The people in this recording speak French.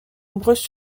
nombreuses